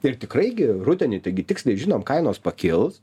ir tikrai gi rudenį taigi tiksliai žinom kainos pakils